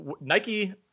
Nike